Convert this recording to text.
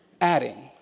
adding